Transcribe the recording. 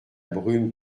brume